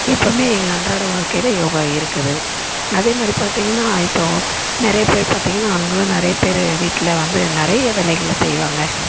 எப்பையுமே எங்கள் அன்றாட வாழ்க்கையில யோகா இருக்குது அதே மாதிரி பார்த்தீங்கன்னா இப்போ நிறைய பேர் பார்த்தீங்கன்னா ஆண்களும் நிறைய பேர் வீட்டில் வந்து நிறைய வேலைகளை செய்வாங்க